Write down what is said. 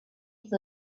hizo